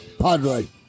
Padre